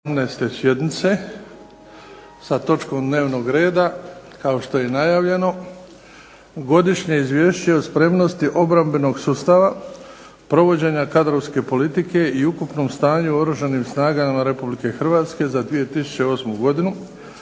sjednice, sa točkom dnevnog reda kao što je najavljeno - Godišnje izvješće o spremnosti obrambenog sustava, provođenja kadrovske politike i ukupnom stanju u Oružanim snagama Republike Hrvatske za 2009. godinu,